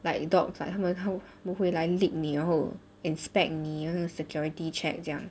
like dogs like 它们它们它们会 like lick 你然后 inspect 你好像 security check 这样